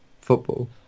football